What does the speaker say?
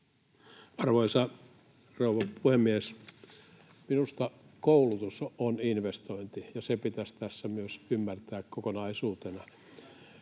Arvoisa rouva puhemies! Minusta koulutus on investointi, ja se pitäisi tässä myös ymmärtää kokonaisuutena.